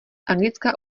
anglická